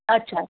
अच्छा